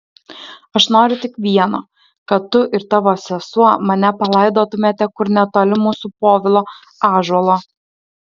aš noriu tik vieno kad tu ir tavo sesuo mane palaidotumėte kur netoli mūsų povilo ąžuolo